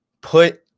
put